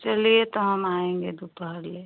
चलिए तो हम आएँगे दोपहर ले